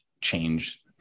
change